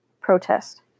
protest